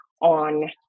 on